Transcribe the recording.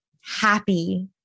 happy